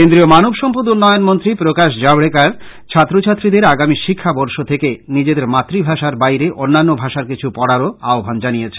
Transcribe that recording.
কেন্দ্রীয় মানব সম্পদ উন্নয়ন মন্ত্রী প্রকাশ জাভড়েকার ছাত্র ছাত্রীদের শিক্ষা বর্ষ থেকে নিজেদের মাতৃ ভাষার বাইরে অন্যান্য ভাষার কিছু আগামী পড়ারও আহ্বান জানিয়েছেন